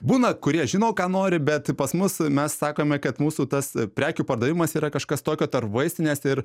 būna kurie žino ką nori bet pas mus mes sakome kad mūsų tas prekių pardavimas yra kažkas tokio tarp vaistinės ir